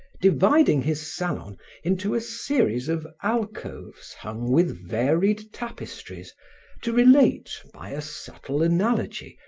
dividing his salon into a series of alcoves hung with varied tapestries to relate by a subtle analogy,